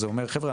זה אומר "חבר'ה,